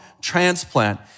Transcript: transplant